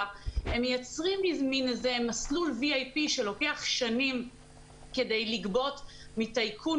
הם מייצרים איזה מין מסלול VIP שלוקח שנים כדי לגבות מטייקון